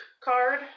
card